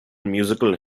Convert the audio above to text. musical